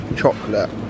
chocolate